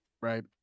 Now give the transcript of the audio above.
Right